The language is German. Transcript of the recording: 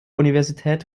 universität